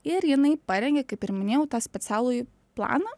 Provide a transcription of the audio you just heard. ir jinai parengia kaip ir minėjau tą specialųjį planą